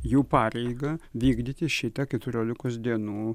jų pareigą vykdyti šitą keturiolikos dienų